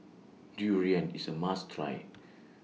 Durian IS A must Try